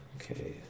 Okay